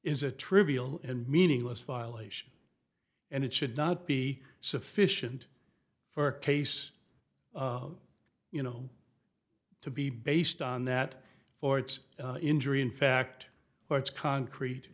is a trivial and meaningless violation and it should not be sufficient for a case you know to be based on that or it's injury in fact or it's concrete